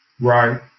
right